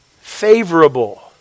favorable